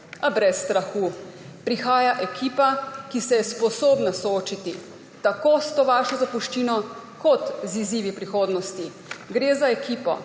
A brez strahu. Prihaja ekipa, ki se je sposobna soočiti tako s to vašo zapuščino kot z izzivi prihodnosti. Gre za ekipo,